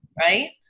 right